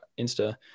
insta